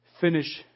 finish